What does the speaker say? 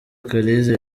kaliza